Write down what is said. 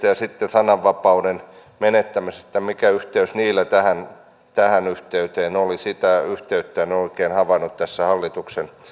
ja sananvapauden menettämisestä mikä yhteys sillä tähän oli sitä yhteyttä en oikein havainnut tästä hallituksen